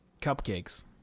Cupcakes